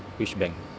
which bank